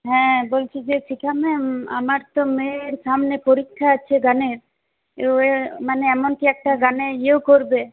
হ্যাঁ বলছি যে পৃথা ম্যাম আমার তো মেয়ের সামনে পরীক্ষা আছে গানের মানে এমনকি একটা গানের ইয়েও করবে